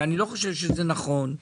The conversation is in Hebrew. ואני לא חושב שזה נכון,